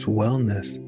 wellness